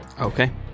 Okay